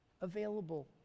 available